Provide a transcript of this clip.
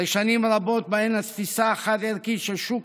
אחרי שנים רבות שבהן התפיסה החד-ערכית של שוק